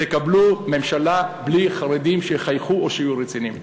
תקבלו ממשלה בלי חרדים שיחייכו או שיהיו רציניים.